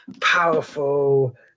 powerful